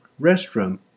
restroom